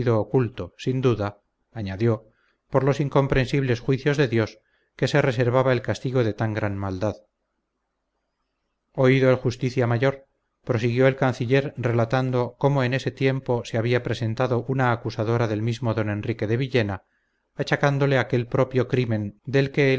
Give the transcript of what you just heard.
oculto sin duda añadió por los incomprensibles juicios de dios que se reservaba el castigo de tan gran maldad oído el justicia mayor prosiguió el canciller relatando cómo en ese tiempo se había presentado una acusadora del mismo don enrique de villena achacándole aquel propio crimen del que